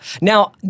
now